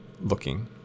looking